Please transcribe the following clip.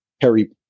Harry